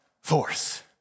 force